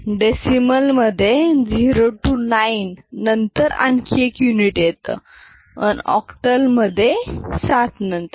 डेसिमलमधे 0 to 9 नंतर आणखी एक युनिट येतं अन ऑक्टलमधे 7 नंतर